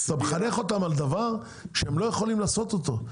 אתה מחנך אותם על דבר שהם לא יכולים לעשות אותו,